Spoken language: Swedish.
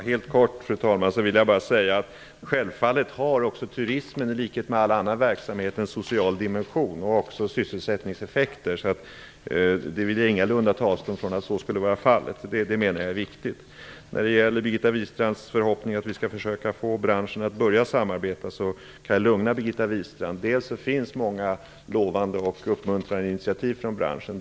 Fru talman! Jag skall fatta mig kort. Självfallet har turismen i likhet med all annan verksamhet en social dimension och sysselsättningseffekter. Jag vill ingalunda ta avstånd från att så skulle vara fallet. Jag menar att det är riktigt. När det gäller Birgitta Wistrands förhoppning om att vi skall försöka få branschen att börja samarbeta kan jag lugna Birgitta Wistrand. Dels finns det många lovande och uppmuntrande initiativ från branschen.